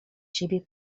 siebie